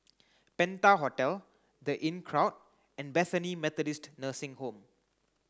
Penta Hotel The Inncrowd and Bethany Methodist Nursing Home